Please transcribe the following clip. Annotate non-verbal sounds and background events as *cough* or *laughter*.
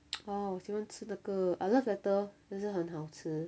*noise* oh 我喜欢吃那个 uh love letter 也是很好吃